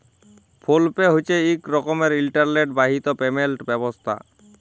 ফোল pay হছে ইক রকমের ইলটারলেট বাহিত পেমেলট ব্যবস্থা